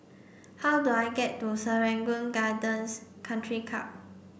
how do I get to Serangoon Gardens Country Club